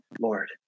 Lord